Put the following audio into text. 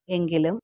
എങ്കിലും